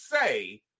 say